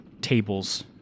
tables